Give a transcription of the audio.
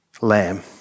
lamb